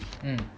mmhmm